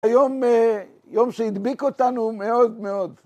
היום יום שהדביק אותנו מאוד מאוד.